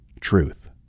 truth